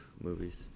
movies